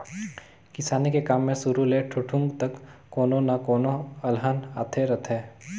किसानी के काम मे सुरू ले ठुठुंग तक कोनो न कोनो अलहन आते रथें